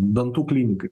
dantų klinikai